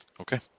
Okay